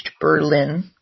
Berlin